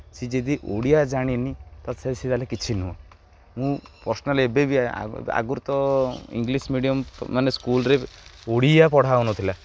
ସେ ଯଦି ଓଡ଼ିଆ ଜାଣିନି ତ ସେ ତା'ହେଲେ କିଛି ନୁହଁ ମୁଁ ପର୍ସନାଲ୍ ଏବେ ବି ଆଗ ଆଗରୁ ତ ଇଂଲିଶ୍ ମିଡ଼ିୟମ୍ ମାନେ ସ୍କୁଲ୍ରେ ଓଡ଼ିଆ ପଢ଼ା ହେଉନଥିଲା